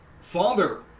father